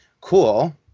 cool